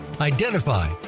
identify